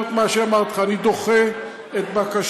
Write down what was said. אומר את מה שאמרתי לך: אני דוחה את בקשתך,